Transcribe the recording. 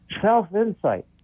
self-insight